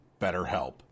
BetterHelp